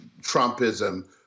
Trumpism